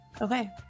Okay